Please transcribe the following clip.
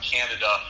Canada